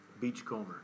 Beachcomber